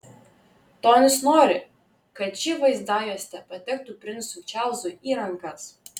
tonis nori kad ši vaizdajuostė patektų princui čarlzui į rankas